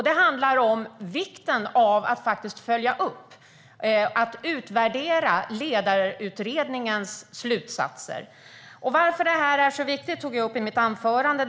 Det handlar om vikten av att följa upp och utvärdera Ledningsutredningens slutsatser. Varför det är så viktigt tog jag upp i mitt anförande.